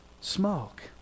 smoke